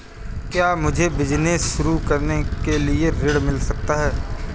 क्या मुझे बिजनेस शुरू करने के लिए ऋण मिल सकता है?